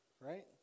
Right